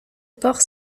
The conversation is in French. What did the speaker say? port